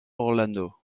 orlando